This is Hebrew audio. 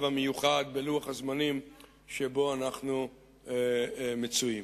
המיוחד בלוח הזמנים שבו אנחנו מצויים.